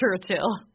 Churchill